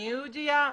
אני יהודייה,